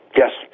yes